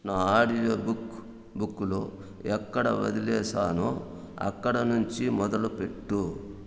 నా audio book బుక్లో ఎక్కడ వదిలేసానో అక్కడ నుంచి మొదలుపెట్టు